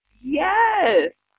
Yes